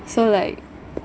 so like